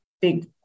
big